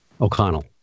O'Connell